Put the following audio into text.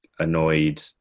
Annoyed